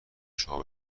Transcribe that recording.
شما